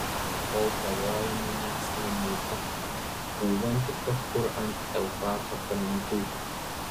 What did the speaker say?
kol kovojame nesame maita pūvanti kažkur ant eufrato krantų